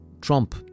Trump